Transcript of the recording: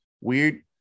weird